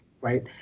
right